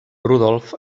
rodolf